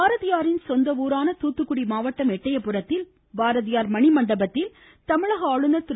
பாரதியாரின் சொந்த ஊரான தூத்துக்குடி மாவட்டம் எட்டயபுரத்தில் பாரதியார் மணிமண்டபத்தில் தமிழக ஆளுநர் திரு